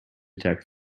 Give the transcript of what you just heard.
detect